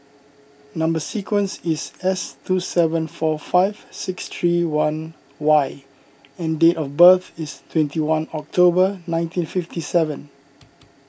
Number Sequence is S two seven four five six three one Y and date of birth is twenty one October nineteen fifty seven